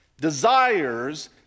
desires